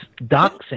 doxing